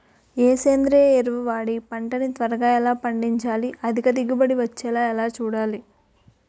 ఏ సేంద్రీయ ఎరువు వాడి పంట ని త్వరగా ఎలా పండించాలి? అధిక దిగుబడి వచ్చేలా ఎలా చూడాలి?